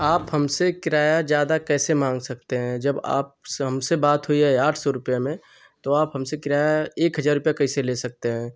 आप हमसे क़िराया ज़्यादा कैसे माँग सकते हैं जब आपसे हमसे बात हुई है आठ सौ रुपये में तो आप हमसे किराया एक हज़ार रुपया कैसे ले सकते हैं